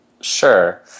Sure